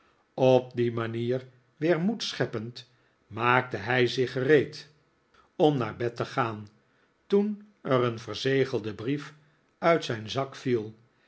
op die manier weer mped scheppend maakte hij zich gereed om naar bed te gaan toen er een verzegelde brief uit zijn zak viel